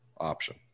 Option